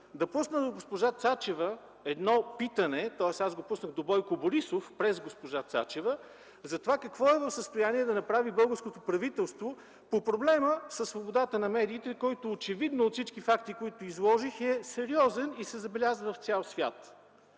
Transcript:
едно питане на госпожа Цачева, тоест аз го пуснах до Бойко Борисов през госпожа Цачева, за това какво е в състояние да направи българското правителство по проблема със свободата на медиите, който очевидно от всички факти, които изложих, е сериозен и се забелязва в цял свят.